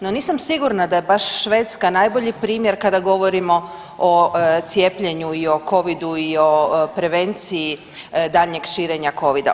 No, nisam baš sigurna da je baš Švedska najbolji primjer kada govorimo o cijepljenju i o covidu i o prevenciji daljnjeg širenja covida.